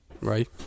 Right